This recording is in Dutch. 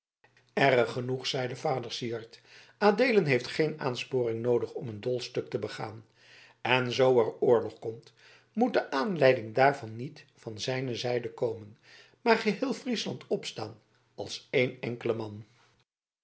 erg genoeg zeide vader syard adeelen heeft geen aansporing noodig om een dol stuk te begaan en zoo er oorlog komt moet de aanleiding daarvan niet van zijne zijde komen maar geheel friesland opstaan als een enkel man